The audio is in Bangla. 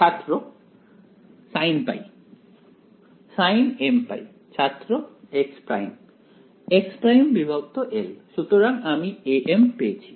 ছাত্র sinπ sinmπ ছাত্র x′ x′l সুতরাং আমি am পেয়েছি